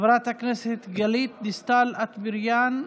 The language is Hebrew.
חברת הכנסת גלית דיסטל אטבריאן,